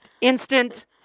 Instant